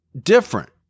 different